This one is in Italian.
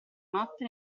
notte